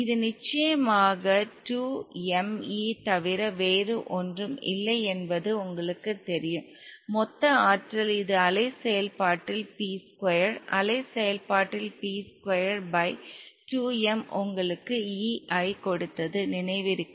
இது நிச்சயமாக 2 m e தவிர வேறு ஒன்றும் இல்லை என்பது உங்களுக்குத் தெரியும் மொத்த ஆற்றல் இது அலை செயல்பாட்டில் p ஸ்கொயர் அலை செயல்பாட்டில் p ஸ்கொயர் பை 2 m உங்களுக்கு E ஐ கொடுத்தது நினைவிருக்கிறது